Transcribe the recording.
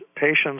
patients